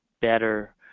better